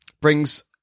brings